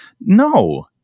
No